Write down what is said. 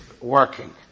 working